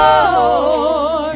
Lord